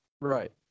Right